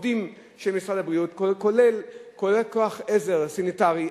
עובדים של משרד הבריאות, כולל כוח עזר סניטרי.